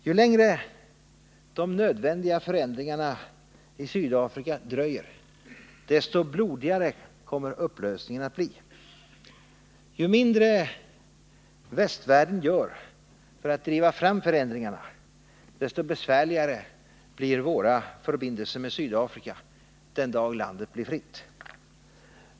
Ju längre de nödvändiga förändringarna i Sydafrika dröjer, desto blodigare kommer upplösningen att bli. Ju mindre västvärlden gör för att driva fram förändringarna, desto besvärligare blir våra förbindelser med Sydafrika den dag landet blir fritt.